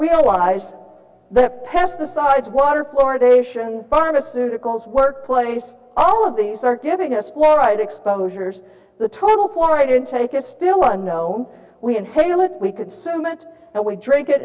realize that pesticides water fluoridation pharmaceuticals workplace all of these are giving us fluoride exposures the total for i didn't take a still a no we inhale it we consume much that we drink it